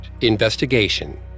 Investigation